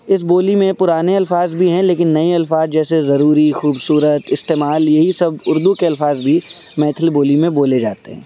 اس بولی میں پرانے الفاظ بھی ہیں لیکن نئے الفاظ جیسے ضروری خوبصورت استعمال یہی سب اردو کے الفاظ بھی میتھلی بولی میں بولے جاتے ہیں